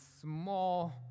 small